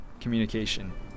communication